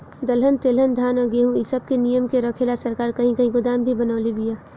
दलहन तेलहन धान आ गेहूँ इ सब के निमन से रखे ला सरकार कही कही गोदाम भी बनवले बिया